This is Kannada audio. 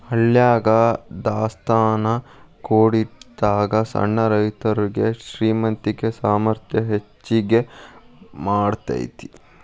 ಹಳ್ಯಾಗ ದಾಸ್ತಾನಾ ಕೂಡಿಡಾಗ ಸಣ್ಣ ರೈತರುಗೆ ಶ್ರೇಮಂತಿಕೆ ಸಾಮರ್ಥ್ಯ ಹೆಚ್ಗಿ ಮಾಡತೈತಿ